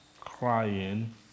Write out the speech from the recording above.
crying